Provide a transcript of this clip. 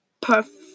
perfect